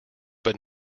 but